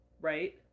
right